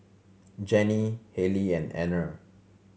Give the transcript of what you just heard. Jennie Hallie and Anner